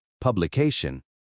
publication